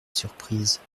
surprise